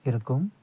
இருக்கும்